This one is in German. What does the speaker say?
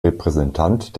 repräsentant